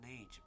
age